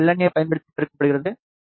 ஏவைப் பயன்படுத்தி பெருக்கப்படுகிறது எல்